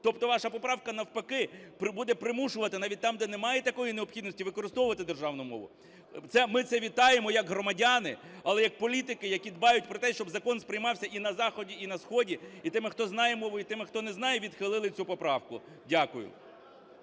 Тобто ваша поправка навпаки буде примушувати навіть там, де немає такої необхідності, використовувати державну мову. Ми це вітаємо як громадяни, але як політики, які дбають про те, щоб закон сприймався і на заході, і на сході, і тими, хто знає мову, і тими, хто не знає, відхилили цю поправку. Дякую.